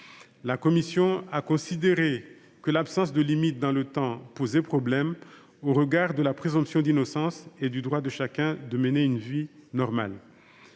La commission a considéré que l’absence de limite dans le temps posait problème au regard de la présomption d’innocence et du droit de chacun de mener une vie normale.